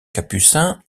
capucin